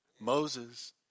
Moses